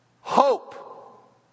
Hope